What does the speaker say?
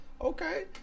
Okay